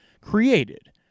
created